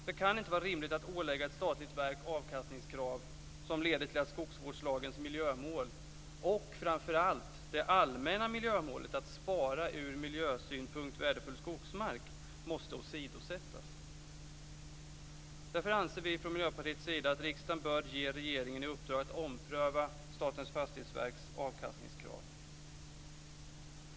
Det kan inte vara rimligt att ålägga ett statligt verk avkastningskrav som leder till att skogsvårdslagens miljömål och framför allt det allmänna miljömålet att spara ur miljösynpunkt värdefull skogsmark måste åsidosättas. Därför anser vi från Miljöpartiets sida att riksdagen bör ge regeringen i uppdrag att ompröva Statens fastighetsverks avkastningskrav.